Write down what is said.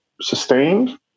sustained